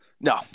no